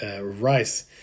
rice